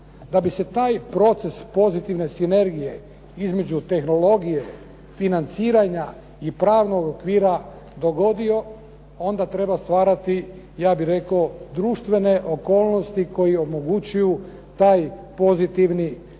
Da bi se taj proces pozitivne sinergije između tehnologije, financiranja i pravnog okvira dogodio onda treba stvarati ja bih rekao društvene okolnosti koji omogućuju taj pozitivni spin off.